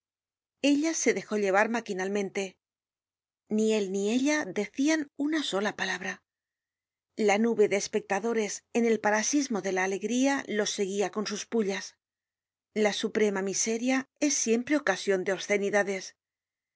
ella se dejó llevar maquinalmente ni él ni ella decian una sola palabra la nube de espectadores en el parasismo de la alegría los seguia con sus pullas la suprema miseria es siempre ocasion de obscenidades